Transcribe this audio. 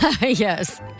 Yes